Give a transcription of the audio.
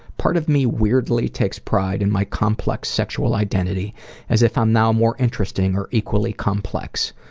part of me weirdly takes pride in my complex sexual identity as if i'm now more interesting or equally complex.